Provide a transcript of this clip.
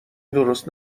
درست